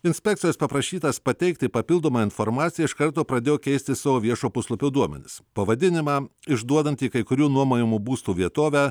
inspekcijos paprašytas pateikti papildomą informaciją iš karto pradėjo keisti savo viešo puslapio duomenis pavadinimą išduodantį kai kurių nuomojamų būstų vietovę